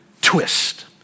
twist